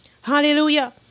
Hallelujah